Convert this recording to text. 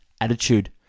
Attitude